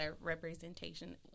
representation